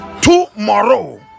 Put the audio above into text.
tomorrow